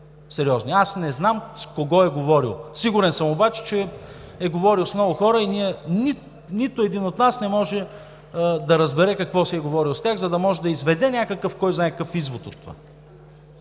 сериозни. Аз не знам с кого е говорил. Сигурен съм обаче, че е говорил с много хора и нито един от нас не може да разбере какво е говорил с тях, за да може да изведе някакъв кой знае какъв извод от това.